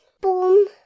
Boom